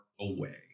away